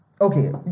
Okay